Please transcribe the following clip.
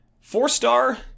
Four-star